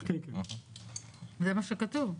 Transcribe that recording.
זה מה שכתוב.